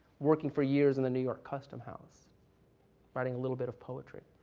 working for years in a new york custom house writing a little bit of poetry,